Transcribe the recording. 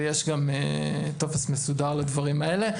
ויש גם טופס מסודר לדברים האלה.